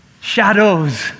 Shadows